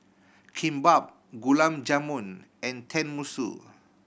Kimbap Gulab Jamun and Tenmusu